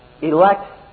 elect